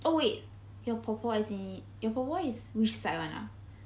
oh wait your 婆婆 as in your 婆婆 is which side [one] ah